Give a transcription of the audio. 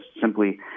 simply